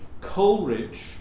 Coleridge